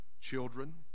children